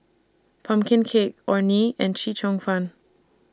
Pumpkin Cake Orh Nee and Chee Cheong Fun